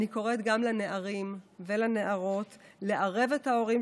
אני קוראת גם לנערים ולנערות לערב את ההורים